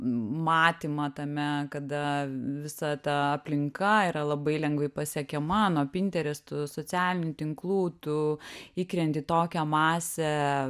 matymą tame kada visa ta aplinka yra labai lengvai pasiekiama nuo pinterest socialinių tinklų tu įkrenti į tokią masę